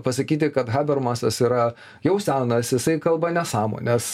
pasakyti kad habermasas yra jau senas jisai kalba nesąmones